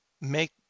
make